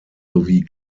sowie